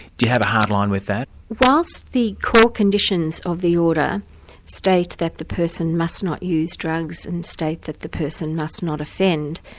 do you have a hard line with that? whilst the core conditions of the order state that the person must not use drugs and state that the person must not offend,